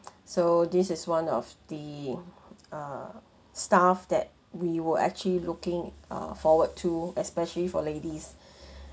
so this is one of the uh staff that we will actually looking uh forward to especially for ladies